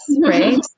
right